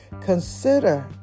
consider